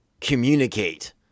communicate